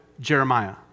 Jeremiah